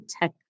tech